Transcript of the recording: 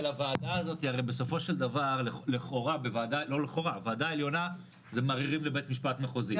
הרי בסופו של דבר הועדה העליונה זה מערערים לבית משפט מחוזי,